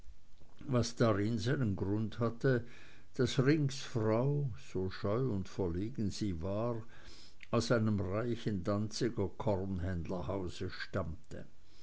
was darin seinen grund hatte daß rings frau so scheu und verlegen sie war aus einem reichen danziger kornhändlerhause stammte